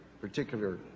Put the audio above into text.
particular